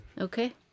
Okay